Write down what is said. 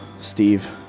steve